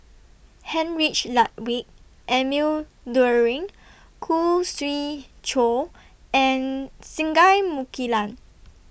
Heinrich Ludwig Emil Luering Khoo Swee Chiow and Singai Mukilan